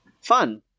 Fun